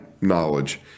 knowledge